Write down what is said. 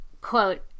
quote